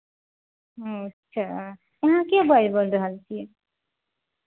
अच्छा अहाँ के बाइज बोइल रहल छियै